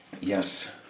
Yes